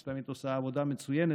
שתמיד עושה עבודה מצוינת,